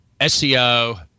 SEO